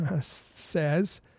says